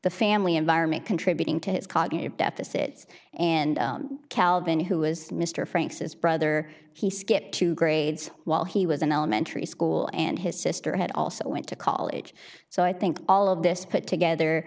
the family environment contributing to his cognitive deficits and calvin who was mr franks his brother he skipped two grades while he was in elementary school and his sister had also went to college so i think all of this put together